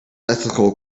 ethical